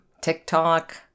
TikTok